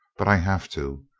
but i have to.